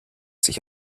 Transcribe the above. sich